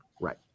right